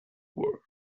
world